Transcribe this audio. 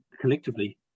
collectively